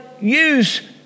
use